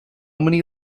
many